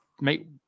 make